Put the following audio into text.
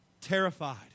terrified